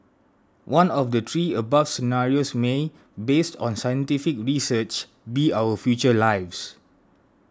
one of the three above scenarios may based on scientific research be our future lives